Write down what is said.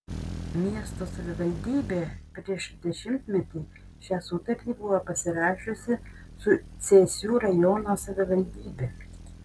miesto savivaldybė prieš dešimtmetį šią sutartį buvo pasirašiusi su cėsių rajono savivaldybe